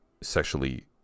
sexually